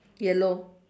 yellow